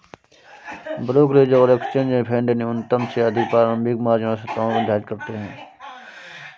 brokerage और exchange फेडन्यूनतम से अधिक प्रारंभिक मार्जिन आवश्यकताओं को निर्धारित करते हैं